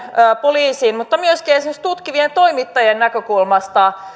poliisin mutta myöskin esimerkiksi tutkivien toimittajien näkökulmasta